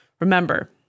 Remember